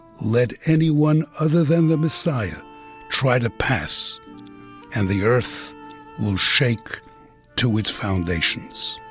let anyone other than the messiah try to pass and the earth will shake to its foundations.